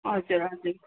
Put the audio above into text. हजुर हजुर